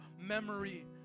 memory